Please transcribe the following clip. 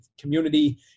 community